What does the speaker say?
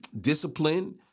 discipline